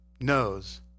knows